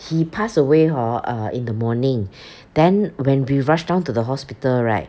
he pass away hor err in the morning then when we rushed down to the hospital right